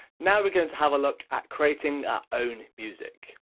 now we're going to have a look at creating our own music.